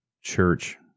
church